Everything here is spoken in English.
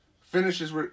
finishes